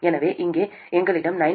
எனவே இங்கே எங்களிடம் 19